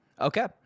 okay